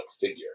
figure